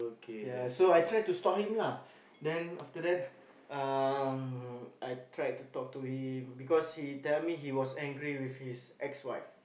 ya so I tried to stop him lah then after that um I tried to talk to him because he tell me he was angry with his ex wife